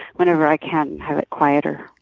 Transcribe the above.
whenever i can, have it quieter.